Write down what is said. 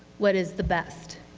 what is the best,